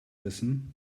wissen